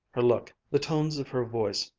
her look, the tones of her voice,